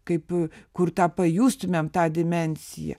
kaip kur tą pajustumėm tą dimensiją